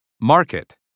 market